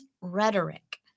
rhetoric